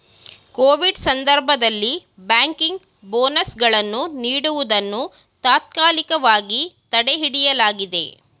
Covid ಸಂದರ್ಭದಲ್ಲಿ banking bonus ಗಳನ್ನು ನೀಡುವುದನ್ನು ತಾತ್ಕಾಲಿಕವಾಗಿ ತಡೆಹಿಡಿಯಲಾಗಿದೆ